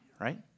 Right